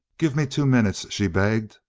give me two minutes, she begged.